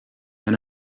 and